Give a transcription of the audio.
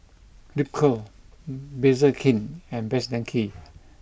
Ripcurl Bakerzin and Best Denki